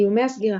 איומי הסגירה